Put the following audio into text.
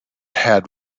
had